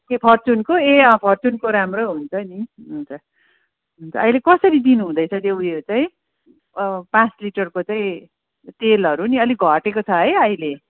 त्यो फर्चुनको ए अँ फर्चुनको राम्रो हुन्छ नि हुन्छ हुन्छ अहिले कसरी दिनुहुँदैछ त्यो उयो चाहिँ पाँच लिटिरको चाहिँ तेलहरू नि अलिक घटेको छ है अहिले